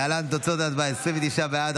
להלן תוצאות ההצבעה: 29 בעד,